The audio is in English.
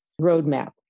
roadmap